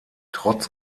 trotz